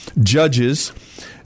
judges